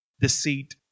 deceit